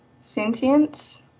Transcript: sentience